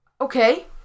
Okay